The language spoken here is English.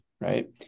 right